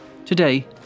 Today